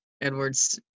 Edwards